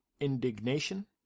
indignation